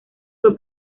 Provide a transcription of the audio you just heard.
fue